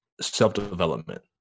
self-development